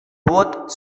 both